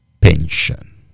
pension